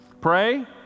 Pray